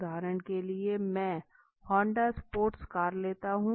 उदाहरण के लिए मैं होंडा स्पोर्ट्स कार लेता हूँ